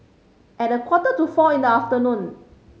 at a quarter to four in the afternoon